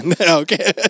Okay